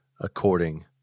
according